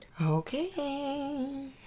okay